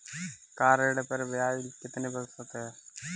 Car ऋण पर ब्याज कितने प्रतिशत है?